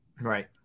Right